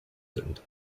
sind